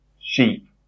sheep